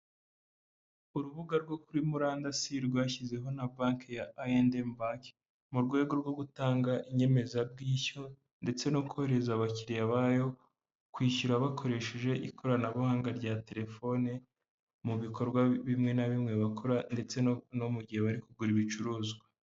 Urubuga rwo kuri murandasi rwashyizeho na banki ya ayi endi emu banki, mu rwego rwo gutanga inyemezabwishyu, ndetse no kohereza abakiriya bayo kwishyura bakoresheje ikoranabuhanga rya telefone, mu bikorwa bimwe na bimwe bakora ndetse no mu gihe bari kugura ibicuruzwa.